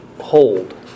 hold